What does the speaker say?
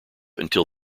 until